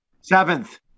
Seventh